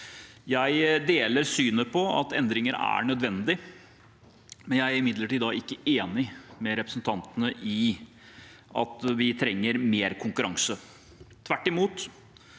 Jeg deler det synet at endringer er nødvendig, men jeg er ikke enig med representantene i at vi trenger mer konkurranse.